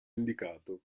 indicato